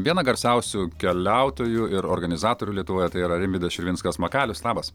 vieną garsiausių keliautojų ir organizatorių lietuvoje tai yra rimvydas širvinskas makalius labas